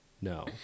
no